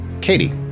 Katie